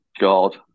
God